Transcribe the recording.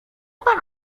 pan